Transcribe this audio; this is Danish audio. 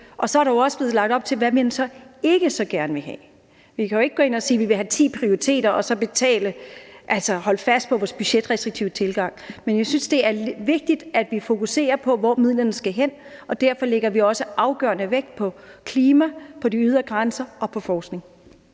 og så er der også blevet lagt op til, hvad man så ikke så gerne vil have. Vi kan jo ikke gå ind og sige, at vi vil have 10 prioriteter og så holde fast på vores budgetrestriktive tilgang. Men jeg synes, det er vigtigt, at vi fokuserer på, hvor midlerne skal hen, og derfor lægger vi også afgørende vægt på klima, på de ydre grænser og på forskning.